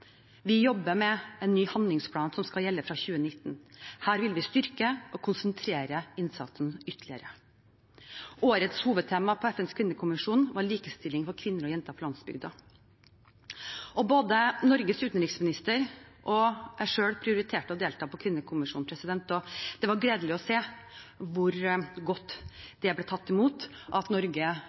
Vi jobber med en ny handlingsplan som skal gjelde fra 2019. Her vil vi styrke og konsentrere innsatsen ytterligere. Årets hovedtema på FNs kvinnekommisjon var likestilling for kvinner og jenter på landsbygda. Både Norges utenriksminister og jeg prioriterte å delta på kvinnekommisjonen. Det var gledelig å se hvor godt det ble tatt imot at Norge